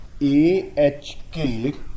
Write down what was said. AHK